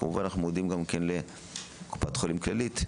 כמובן שאנחנו מודים גם לקופת חולים כללית,